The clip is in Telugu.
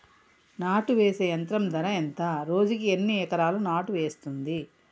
నాటు వేసే యంత్రం ధర ఎంత రోజుకి ఎన్ని ఎకరాలు నాటు వేస్తుంది?